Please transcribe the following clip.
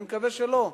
אני מקווה שלא.